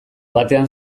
batean